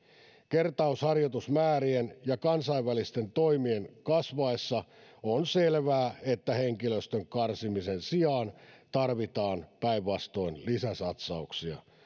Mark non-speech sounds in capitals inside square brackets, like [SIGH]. kertausharjoitusmäärien ja kansainvälisten toimien kasvaessa on selvää että henkilöstön karsimisen sijaan [UNINTELLIGIBLE] tarvitaan päinvastoin lisäsatsauksia